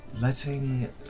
Letting